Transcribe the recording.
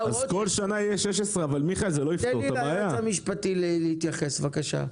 אז בכל שנה יש 16,000 אבל זה לא יפתור את הבעיה.